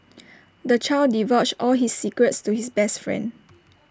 the child divulged all his secrets to his best friend